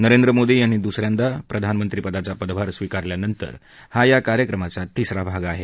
नरेंद्र मोदी यांनी दुसऱ्यांदा प्रधानमंत्रीपदाचा पदभार स्विकारल्यानंतर हा या कार्यक्रमाचा तिसरा भाग आहे